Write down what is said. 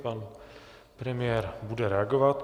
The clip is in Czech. Pan premiér bude reagovat.